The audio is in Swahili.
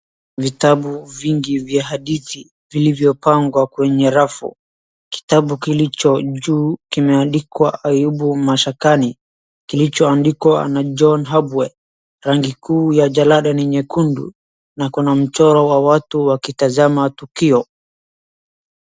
Vitabu vingi vya hadithi vilivyopangwa kwenye rafu. Kitabu kilicho juu, kimeandikwa Ayubu Mashakani, kilichoandikwa na John Habwe. Rangi kuu ya jalada ni nyekundu na kuna mchoro wa watu wakitazama tukio.